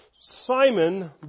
Simon